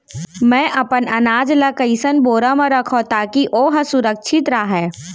मैं अपन अनाज ला कइसन बोरा म रखव ताकी ओहा सुरक्षित राहय?